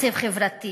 תקציב חברתי